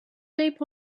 tap